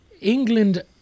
England